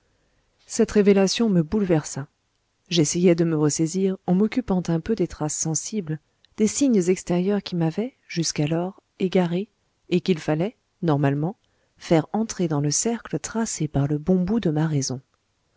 cette révélation me bouleversa j'essayai de me ressaisir en m'occupant un peu des traces sensibles des signes extérieurs qui m'avaient jusqu'alors égaré et qu'il fallait faire entrer dans le cercle tracé par le bon bout de ma raison